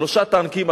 שלושה טנקים,